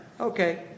Okay